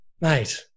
mate